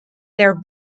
their